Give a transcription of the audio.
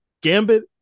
Gambit